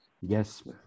Yes